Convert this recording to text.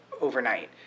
overnight